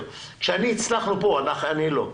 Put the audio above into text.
נכון.